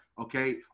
okay